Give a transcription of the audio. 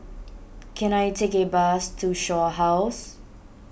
can I take a bus to Shaw House